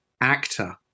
actor